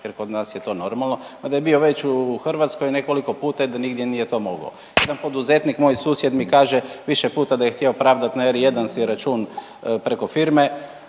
jer kod nas je to normalno, a da je bio već u Hrvatskoj nekoliko puta i da nigdje nije to mogao. Jedan poduzetnik moj susjed mi kaže više puta da je htio pravdat na R1 si račun preko firme,